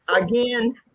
again